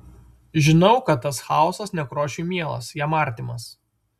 žinau kad tas chaosas nekrošiui mielas jam artimas